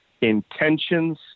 intentions